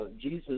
Jesus